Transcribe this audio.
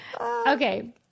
Okay